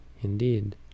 indeed